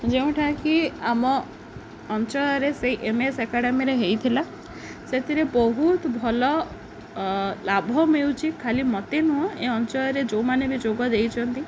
ଯେଉଁଟାକି ଆମ ଅଞ୍ଚଳରେ ସେଇ ଏମ୍ ଏସ୍ ଏକାଡ଼େମୀରେ ହେଇଥିଲା ସେଥିରେ ବହୁତ ଭଲ ଲାଭ ମିଳୁଛି ଖାଲି ମୋତେ ନୁହେଁ ଏ ଅଞ୍ଚଳରେ ଯେଉଁମାନେ ବି ଯୋଗ ଦେଇଛନ୍ତି